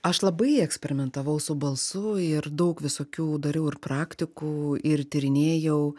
aš labai eksperimentavau su balsu ir daug visokių dariau ir praktikų ir tyrinėjau